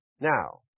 Now